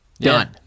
Done